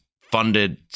funded